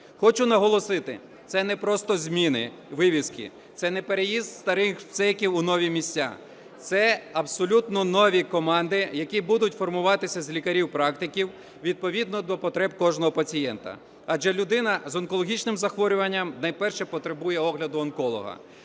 Хочу наголосити, це не просто зміни, вивіски, це не переїзд старих МСЕК у нові місця, це абсолютно нові команди, які будуть формуватися з лікарів-практиків відповідно до потреб кожного пацієнта. Адже людина з онкологічним захворюванням найперше потребує огляду онколога,